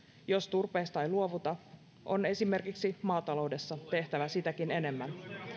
jos turpeesta ei luovuta on esimerkiksi maataloudessa tehtävä sitäkin enemmän